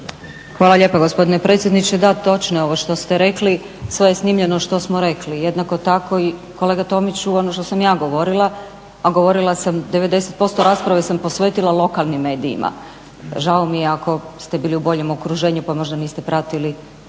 Hvala lijepa gospodine predsjedniče. Da, točno je ovo što ste rekli, sve je snimljeno što smo rekli, jednako tako i kolega Tomiću, ono što sam ja govorila, a govorila sam, 90% rasprave sam posvetila lokalnim medijima. Žao mi je ako ste bili u boljem okruženju pa možda niste pratili